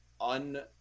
un